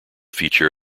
feature